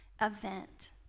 event